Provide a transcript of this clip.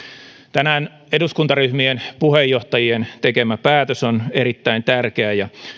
tänään eduskuntaryhmien puheenjohtajien tekemä päätös on erittäin tärkeä ja